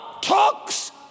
talks